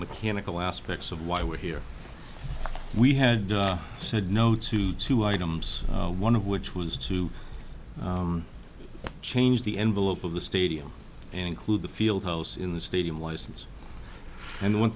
mechanical aspects of why we're here we had said no to two items one of which was to change the envelope of the stadium include the field house in the stadium license and one